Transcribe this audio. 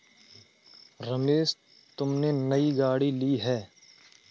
रमेश तुमने नई गाड़ी ली हैं